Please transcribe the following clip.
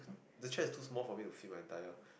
the chair is too small for me to fit my entire